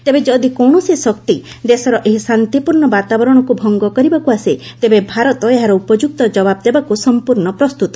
ତେବେ ଯଦି କୌଣସି ଶକ୍ତି ଦେଶର ଏହି ଶାନ୍ତିପୂର୍ଣ୍ଣ ବାତାବରଣକୁ ଭଙ୍ଗ କରିବାକୁ ଆସେ ତେବେ ଭାରତ ଏହାର ଉପଯୁକ୍ତ ଯବାବ ଦେବାକୁ ସମ୍ପର୍ଷ ପ୍ରସ୍ତୁତ